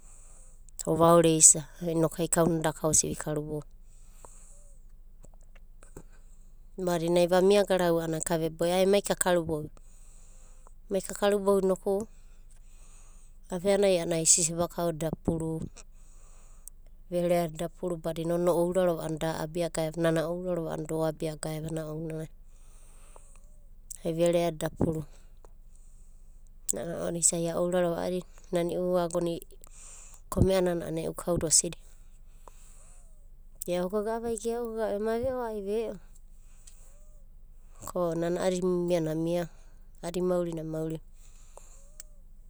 Vaoreisa inokai kauna daka osidi vikarubou badina vamia garau a'ana ka veboe vesia ae mai kakarubou. Mai kakarubou inoku aveanai a'ana ai sisiba kaoda eda puru, vereada eda pururbadina ona o ourarova a'ana da a'abiagaeva, nana aorarova a'ana da oabia gaeva ai vereada eda puru. Ana ounanai a ourarova a'adina nana e'u agona kome'anana a'ana e'u kauda osidi. Geaogaga'ava ai geaogaga'a ve'o ai ve'o ko nana a'adi miana amiava, a'adi, maurina a mauriva.